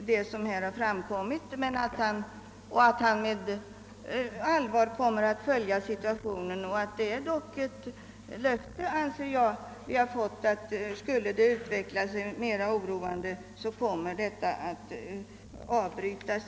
vad som framkommit och att han med allvar skall följa situationen. Jag tar det som ett löfte att om utvecklingen blir ännu mer oroande kommer försöksverksamheten att avbrytas.